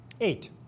Eight